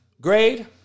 grade